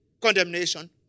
condemnation